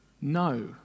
no